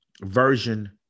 version